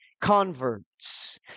converts